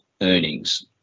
earnings